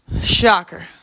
Shocker